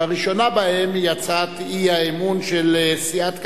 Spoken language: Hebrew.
שהראשונה בהן היא הצעת האי-אמון של סיעת קדימה,